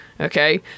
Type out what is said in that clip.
okay